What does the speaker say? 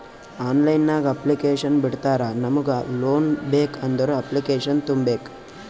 online ನಾಗ್ application ಬಿಡ್ತಾರಾ ನಮುಗ್ ಲೋನ್ ಬೇಕ್ ಅಂದುರ್ ಅಪ್ಲಿಕೇಶನ್ ತುಂಬೇಕ್